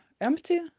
empty